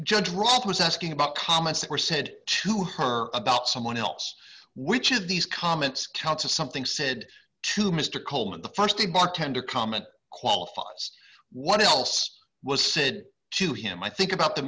judge roberts asking about comments that were said to her about someone else which of these comments counts of something said to mister coleman the st the bartender comment qualified what else was said to him i think about the